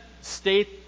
state